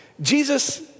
Jesus